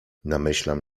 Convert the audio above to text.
namyślam